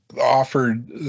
offered